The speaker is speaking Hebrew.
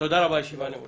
תודה רבה, הישיבה נעולה.